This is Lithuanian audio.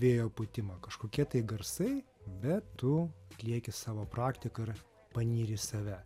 vėjo pūtimą kažkokie tai garsai bet tu atlieki savo praktiką ir panyri į save